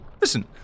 Listen